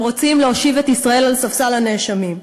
הם רוצים להושיב את ישראל על ספסל הנאשמים.